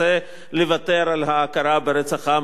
לוותר על ההכרה ברצח העם הארמני,